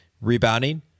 rebounding